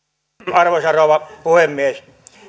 arvoisa rouva puhemies